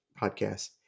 podcast